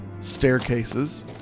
staircases